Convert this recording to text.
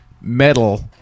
metal